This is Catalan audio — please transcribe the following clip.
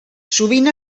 sovint